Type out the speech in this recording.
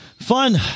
fun